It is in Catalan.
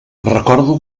recordo